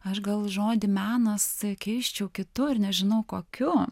aš gal žodį menas keisčiau kitu ir nežinau kokiu